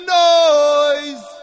noise